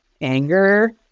anger